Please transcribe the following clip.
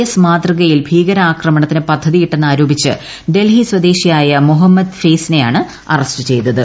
S മാതൃകയിൽ ഭീകരാക്രമണത്തിന് പദ്ധതിയിട്ടെന്ന് ആരോപിച്ച് ഡൽഹി സ്വദേശിയായ മൊഹമ്മദ് ഫെയ്സിനെയാണ് അറസ്റ്റ് ചെയ്തത്